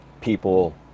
people